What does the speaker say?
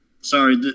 sorry